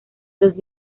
los